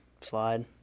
slide